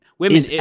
Women